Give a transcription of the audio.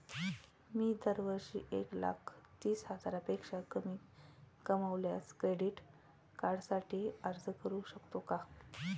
मी दरवर्षी एक लाख तीस हजारापेक्षा कमी कमावल्यास क्रेडिट कार्डसाठी अर्ज करू शकतो का?